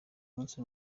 munsi